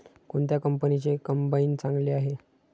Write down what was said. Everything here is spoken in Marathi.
कोणत्या कंपनीचे कंबाईन चांगले आहे?